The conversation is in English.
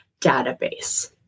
database